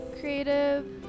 creative